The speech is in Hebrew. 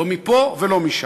לא מפה ולא משם.